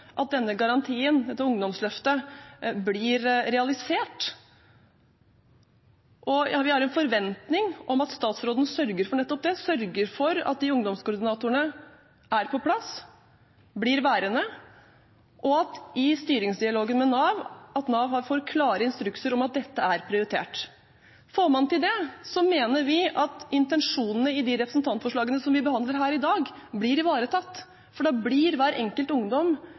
at denne garantien, dette ungdomsløftet, blir realisert. Vi har en forventning om at statsråden sørger for nettopp det, sørger for at ungdomskoordinatorene er på plass, blir værende, og at Nav i styringsdialogen får klare instrukser om at dette er prioritert. Får man til det, mener vi at intensjonene i de representantforslagene som vi behandler her i dag, blir ivaretatt. Da blir hver enkelt ungdom